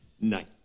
Night